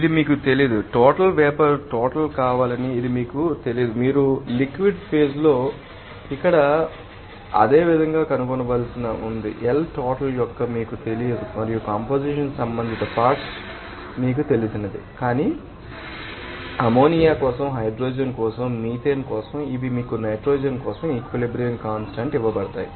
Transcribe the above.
ఇది మీకు తెలియదు టోటల్ వేపర్ టోటల్ కావాలని ఇది మీకు తెలియదు మీరు లిక్విడ్ ఫేజ్ లో కూడా ఇదే విధంగా కనుగొనవలసి ఉంది L టోటల్ మీకు తెలియదు మరియు కంపొజిషన్ సంబంధిత పార్ట్శ్ ు కావు మీకు తెలిసినది కాని మా తుపాకీ కోసం అమ్మోనియా కోసం హైడ్రోజన్ కోసం మరియు మీథేన్ కోసం ఇవి మీకు నైట్రోజన్ కోసం ఈక్విలిబ్రియం కాన్స్టాంట్ ఇవ్వబడతాయి